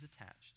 attached